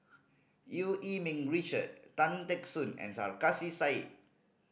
Eu Yee Ming Richard Tan Teck Soon and Sarkasi Said